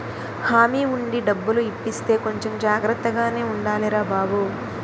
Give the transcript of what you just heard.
హామీ ఉండి డబ్బులు ఇప్పిస్తే కొంచెం జాగ్రత్తగానే ఉండాలిరా బాబూ